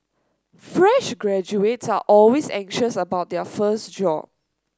fresh graduates are always anxious about their first job